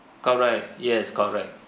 correct yes correct